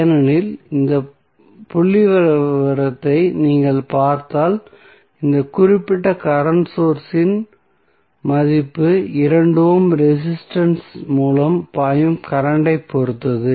ஏனெனில் இந்த புள்ளிவிவரத்தை நீங்கள் பார்த்தால் இந்த குறிப்பிட்ட கரண்ட் சோர்ஸ் இன் மதிப்பு 2 ஓம் ரெசிஸ்டன்ஸ் இன் மூலம் பாயும் கரண்ட் ஐ பொறுத்தது